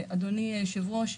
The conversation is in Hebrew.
אדוני היושב-ראש,